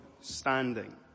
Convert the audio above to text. standing